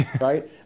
right